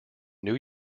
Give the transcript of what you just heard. new